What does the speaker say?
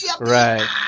right